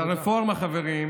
אז הרפורמה, חברים,